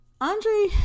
Andre